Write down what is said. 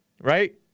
Right